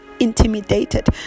intimidated